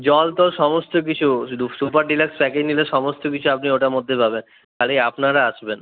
জলটল সমস্ত কিছু super deluxe package নিলে সমস্ত কিছু আপনি ওটার মধ্যে পাবেন আরে আপনারা আসবেন